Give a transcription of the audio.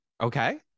Okay